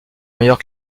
meilleur